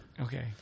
okay